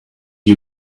you